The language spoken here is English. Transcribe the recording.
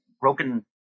broken